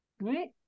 Right